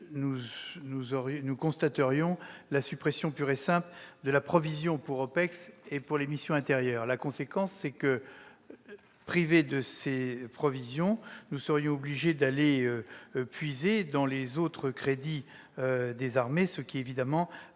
nous constaterions la suppression pure et simple de la provision pour les OPEX et les missions intérieures. Par conséquent, privés de cette provision, nous serions obligés d'aller puiser dans les autres crédits des armées, ce qui affaiblirait